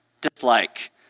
dislike